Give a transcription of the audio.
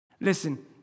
Listen